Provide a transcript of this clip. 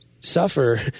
suffer